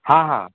हाँ हाँ